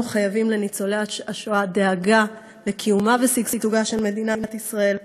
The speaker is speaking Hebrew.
אנו חייבים לניצולי השואה דאגה לקיומה ושגשוגה של מדינת ישראל,